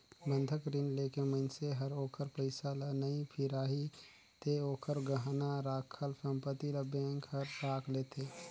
बंधक रीन लेके मइनसे हर ओखर पइसा ल नइ फिराही ते ओखर गहना राखल संपति ल बेंक हर राख लेथें